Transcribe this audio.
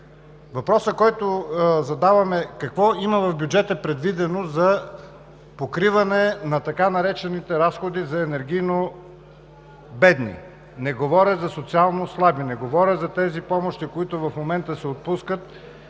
Въпросът, който задавам, е: какво има предвидено в бюджета за покриване на така наречените разходи за енергийно бедни? Не говоря за социално слаби, не говоря за тези помощи, които в момента се отпускат,